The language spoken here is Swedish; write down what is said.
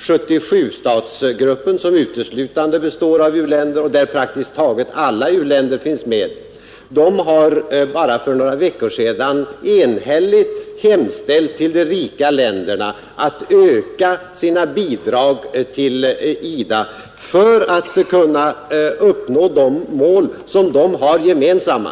77-statsgruppen — som består uteslutande av u-länder och där praktiskt taget alla u-länder finns med — enhälligt till de rika länderna att öka sina bidrag till IDA, så att de skulle kunna uppnå de mål som de har gemensamma.